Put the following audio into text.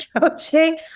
coaching